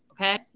okay